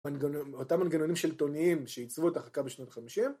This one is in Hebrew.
‫אותם מנגנונים שלטוניים ‫שעיצבו את החוקה בשנות ה-50.